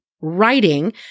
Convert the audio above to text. writing